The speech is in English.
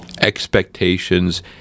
Expectations